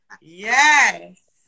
Yes